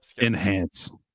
Enhance